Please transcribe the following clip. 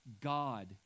God